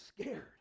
scared